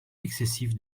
excessive